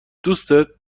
دوستت